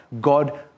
God